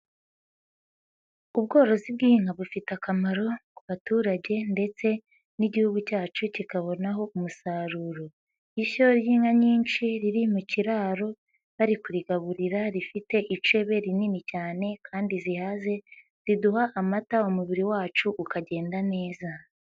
Ubworozi bw'inka bufite akamaro ku baturage ndetse n'igihugu cyacu kikabonaho umusaruro, ishyo ry'inka nyinshi riri mu kiraro bari kurigaburira rifite icebe rinini cyane kandi zihaze riduha amata umubiri wacu ukagenda neza.